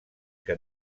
que